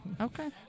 Okay